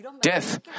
death